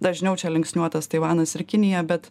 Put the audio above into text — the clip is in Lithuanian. dažniau čia linksniuotas taivanas ir kinija bet